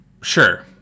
sure